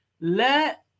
let